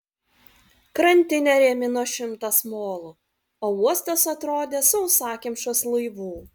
krantinę rėmino šimtas molų o uostas atrodė sausakimšas laivų